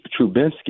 Trubinsky